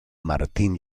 martín